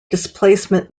displacement